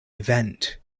event